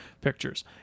pictures